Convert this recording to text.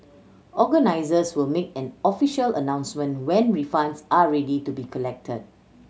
organisers will make an official announcement when refunds are ready to be collected